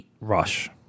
Rush